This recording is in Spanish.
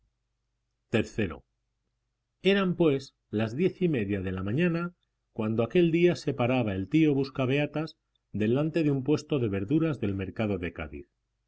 iii eran pues las diez y media de la mañana cuando aquel día se paraba el tío buscabeatas delante de un puesto de verduras del mercado de cádiz